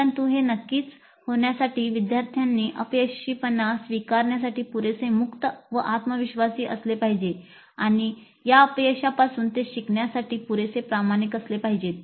परंतु हे नक्कीच होण्यासाठी विद्यार्थ्यांनी अपयशीपणा स्वीकारण्यासाठी पुरेसे मुक्त व आत्मविश्वासी असले पाहिजे आणि अपयशापासून ते शिकण्यासाठी पुरेसे प्रामाणिक असले पाहिजेत